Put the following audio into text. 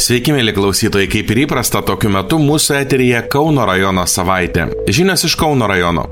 sveiki mieli klausytojai kaip ir įprasta tokiu metu mūsų eteryje kauno rajono savaitė žinios iš kauno rajono